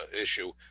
issue